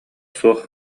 суох